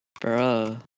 Bro